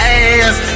ass